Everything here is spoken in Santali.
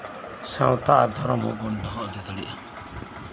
ᱥᱟᱶᱛᱟ ᱟᱨ ᱫᱷᱚᱨᱚᱢ ᱦᱚᱸᱵᱚᱱ ᱫᱚᱦᱚ ᱤᱫᱤ ᱫᱟᱲᱮᱭᱟᱜᱼᱟ